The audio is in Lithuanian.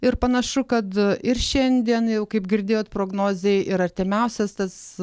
ir panašu kad ir šiandien jau kaip girdėjot prognozėj ir artimiausias tas